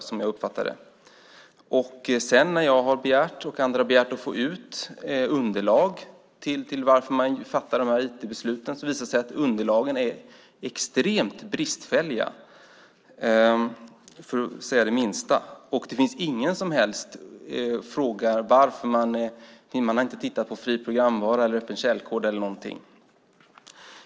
Så uppfattar jag det. När jag och andra har begärt att få ut underlag till varför man fattat dessa IT-beslut visar det sig att underlagen är extremt bristfälliga, och man har inte tittat på fri programvara, öppen källkod eller någonting.